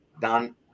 Done